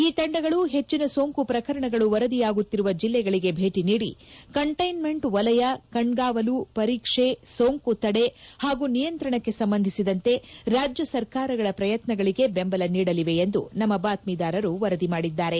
ಈ ತಂಡಗಳು ಹೆಚ್ಚಿನ ಸೋಂಕು ಪ್ರಕರಣಗಳು ವರದಿಯಾಗುತ್ತಿರುವ ಜಿಲ್ಲೆಗಳಿಗೆ ಭೇಟ ನೀಡಿ ಕಂಟ್ಲೆನ್ನೆಂಟ್ ವಲಯ ಕಣ್ಗಾವಲು ಪರೀಕ್ಷೆ ಸೋಂಕು ತಡೆ ಹಾಗೂ ನಿಯಂತ್ರಣಕ್ಕೆ ಸಂಬಂಧಿಸಿದಂತೆ ರಾಜ್ಯ ಸರ್ಕಾರಗಳ ಪ್ರಯತ್ನಗಳಿಗೆ ಬೆಂಬಲ ನೀಡಲಿವೆ ಎಂದು ನಮ್ಮ ಬಾತ್ತೀದಾರರು ವರದಿ ಮಾಡಿದ್ದಾರೆ